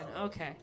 Okay